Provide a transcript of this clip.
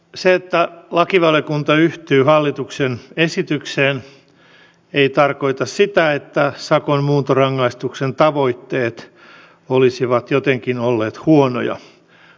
se että lakivaliokunta yhtyy hallituksen esitykseen ei tarkoita sitä että sakon muuntorangaistuksen tavoitteet olisivat jotenkin olleet huonoja päinvastoin